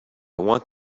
want